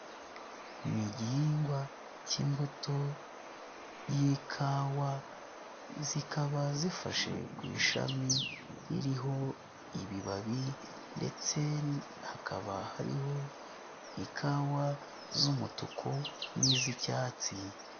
Ni igihingwa k'imbuto y'ikawa zikaba zifashe ku ishami ririho ibibabi ndetse hakaba hariho ikawa z'umutuku n'iz'icyatsi.